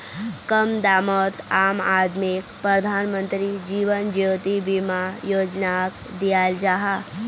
कम दामोत आम आदमीक प्रधानमंत्री जीवन ज्योति बीमा योजनाक दियाल जाहा